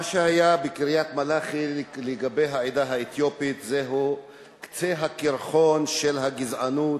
מה שהיה בקריית-מלאכי לגבי העדה האתיופית זהו קצה הקרחון של הגזענות